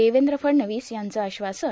देवेंद्र फडणवीस यांचं आश्वासन